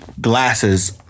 glasses